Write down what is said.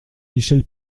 michel